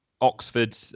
Oxford